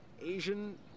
Asian